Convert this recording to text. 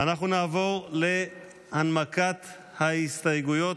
אנחנו נעבור להנמקת ההסתייגויות,